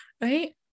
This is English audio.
right